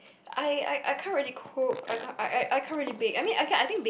I I I can't really cook I can't I I I can't really bake I mean I can I think bake